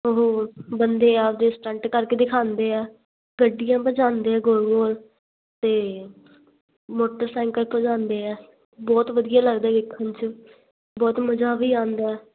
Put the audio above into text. ਉਹ ਬੰਦੇ ਆਪਣੇ ਸਟੰਟ ਕਰਕੇ ਦਿਖਾਉਂਦੇ ਆ ਗੱਡੀਆਂ ਭਜਾਉਂਦੇ ਆ ਗੋਲ ਗੋਲ ਅਤੇ ਮੋਟਰਸਾਈਕਲ ਭਜਾਉਂਦੇ ਆ ਬਹੁਤ ਵਧੀਆ ਲੱਗਦਾ ਵੇਖਣ 'ਚ ਬਹੁਤ ਮਜ਼ਾ ਵੀ ਆਉਂਦਾ